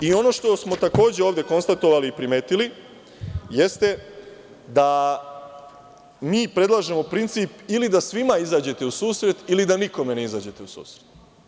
I ono što smo takođe ovde konstatovali i primetili jeste da mi predlažemo princip – ili da svima izađete u susret, ili da nikome ne izađete u susret.